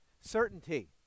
certainty